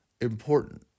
Important